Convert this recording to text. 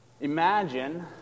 Imagine